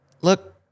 Look